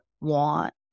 want